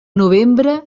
novembre